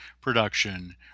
production